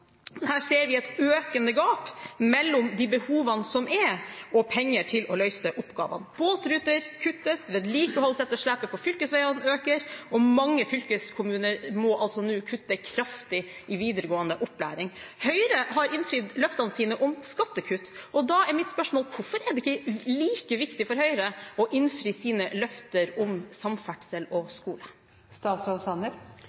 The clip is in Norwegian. Her ser vi et økende gap mellom de behovene som er, og penger til å løse oppgavene. Båtruter kuttes, vedlikeholdsetterslepet på fylkesveiene øker, og mange fylkeskommuner må nå kutte kraftig i videregående opplæring. Høyre har innfridd løftene sine om skattekutt. Da er mitt spørsmål: Hvorfor er det ikke like viktig for Høyre å innfri sine løfter om samferdsel og